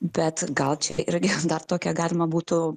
bet gal čia irgi dar tokią galima būtų